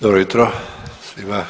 Dobro jutro svima.